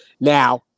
Now